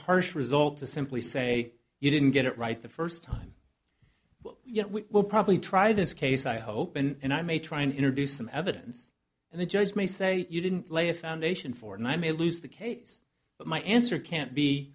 harsh result to simply say you didn't get it right the first time well you know we will probably try this case i hope and i may try and introduce some evidence and the judge may say you didn't lay a foundation for and i may lose the case but my answer can't be